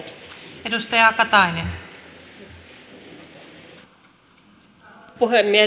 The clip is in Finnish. arvoisa puhemies